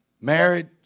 Married